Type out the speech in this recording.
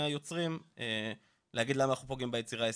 היוצרים להגיד למה אנחנו פוגעים ביצירה הישראלית.